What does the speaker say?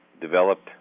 developed